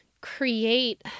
create